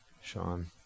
Sean